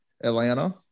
Atlanta